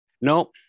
no